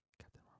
Captain